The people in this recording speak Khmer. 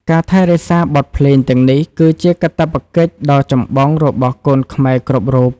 ការថែរក្សាបទភ្លេងទាំងនេះ គឺជាកាតព្វកិច្ចដ៏ចម្បងរបស់កូនខ្មែរគ្រប់រូប។